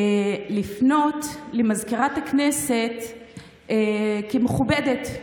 לפנות למזכירת הכנסת כמכובדת.